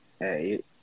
Hey